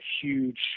huge